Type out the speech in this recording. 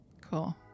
Cool